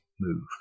move